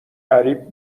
غریب